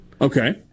Okay